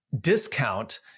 discount